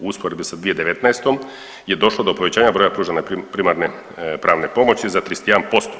U usporedbi sa 2019. je došlo do povećanja broja pružanja primarne pravne pomoći za 31%